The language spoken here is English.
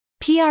PR